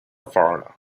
foreigner